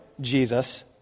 Jesus